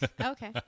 Okay